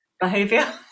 behavior